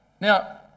Now